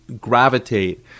gravitate